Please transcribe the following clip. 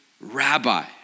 Rabbi